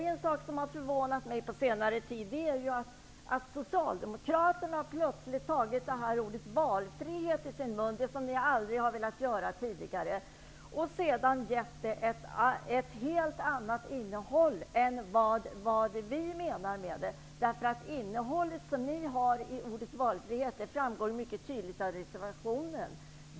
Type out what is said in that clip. En sak som har förvånat mig på senare tid är att Socialdemokraterna plötsligt har tagit ordet valfrihet i sin mun, vilket ni aldrig har velat göra tidigare, och gett det ett helt annat innehåll än vad vi menar med det. Det innehåll ni ger ordet valfrihet framgår mycket tydligt av reservationen.